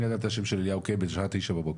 אני ידעתי את זה השם של אליהו קיי בשעה 9:00 בבוקר,